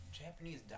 Japanese